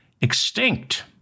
extinct